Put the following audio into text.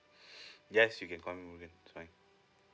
yes you can call me murgan it's fine